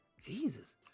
Jesus